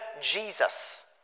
Jesus